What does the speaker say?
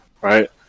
right